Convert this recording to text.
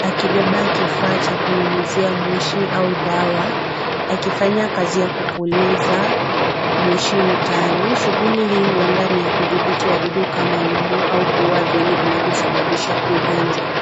akibeba kifaa cha kunyunyizia moshi au dawa, akifanya kazi ya kupuliza moshi mtaani shuguli hii, huenda ni ya kuthibiti wadudu kama mbu au kuua viini vinavyo sababisha ugonjwa.